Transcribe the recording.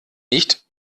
nicht